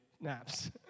naps